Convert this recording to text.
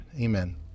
Amen